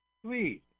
Sweet